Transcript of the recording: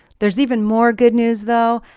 there's even more good news though,